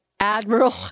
Admiral